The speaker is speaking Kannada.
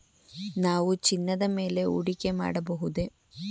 ನಾವು ಚಿನ್ನದ ಮೇಲೆ ಹೂಡಿಕೆ ಮಾಡಬಹುದೇ?